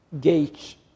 gauge